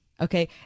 Okay